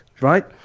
Right